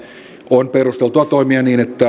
on perusteltua toimia niin että